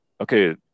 okay